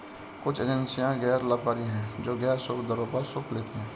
कुछ एजेंसियां गैर लाभकारी हैं, जो गैर शुल्क दरों पर शुल्क लेती हैं